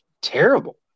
terrible